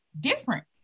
different